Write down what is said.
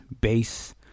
bass